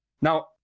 Now